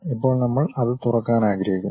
ഇപ്പോൾ നമ്മൾ അത് തുറക്കാൻ ആഗ്രഹിക്കുന്നു